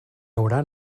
haurà